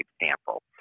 example